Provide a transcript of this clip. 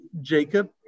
Jacob